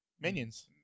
Minions